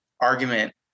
argument